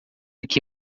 que